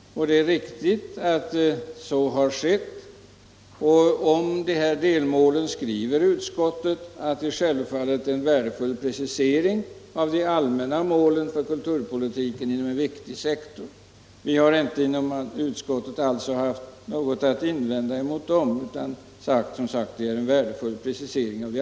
Det är riktigt att så skett, och om de här delmålen skriver utskottet att de självfallet utgör en värdefull precisering av de allmänna målen för kulturpolitiken inom en viktig sektor. Vi har inom utskottet alltså inte haft något att invända mot dem utan sagt att de utgör en värdefull precisering.